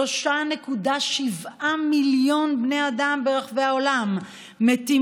3.7 מיליון בני אדם ברחבי העולם מתים